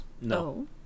No